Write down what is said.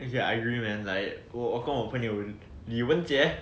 okay I agree man like 我跟我朋友李文杰